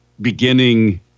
beginning